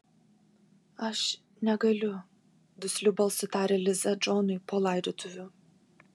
aš negaliu dusliu balsu tarė liza džonui po laidotuvių